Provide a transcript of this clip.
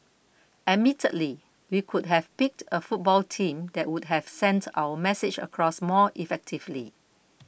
admittedly we could have picked a football team that would have sent our message across more effectively